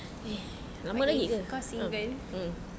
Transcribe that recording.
eh kau single